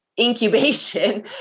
incubation